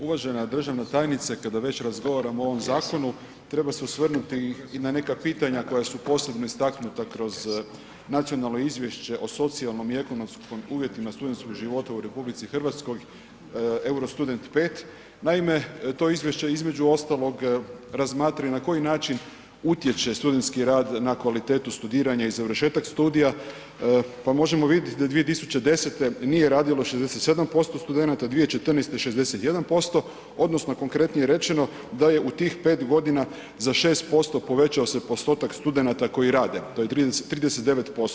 Uvažena državna tajnice, kada već razgovaramo o ovom zakonu treba se osvrnuti i na neka pitanja koja su posebno istaknuta kroz Nacionalno izvješće o socijalnom i ekonomskim uvjetima studentskog života u RH Eurostudent 5, naime to izvješće između ostalog razmatra i na koji način utječe studentski rad na kvalitetu studiranja i završetak studija, pa možemo vidit da 2010. nije radilo 67% studenata, 2014. 61% odnosno konkretnije rečeno da je u tih 5.g. za 6% povećao se postotak studenata koji rade, to je 39%